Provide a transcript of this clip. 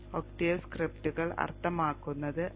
Octave സ്ക്രിപ്റ്റുകൾ അർത്ഥമാക്കുന്നത് അത്